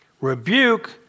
Rebuke